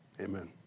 Amen